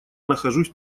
нахожусь